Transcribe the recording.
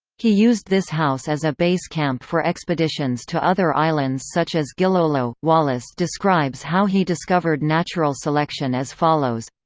he used this house as a base camp for expeditions to other islands such as gilolo wallace describes how he discovered natural selection as follows